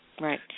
Right